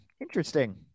Interesting